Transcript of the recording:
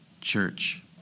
church